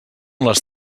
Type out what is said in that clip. les